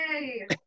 Yay